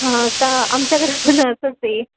हां का आमच्याकडे पण असंच आहे